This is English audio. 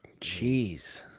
Jeez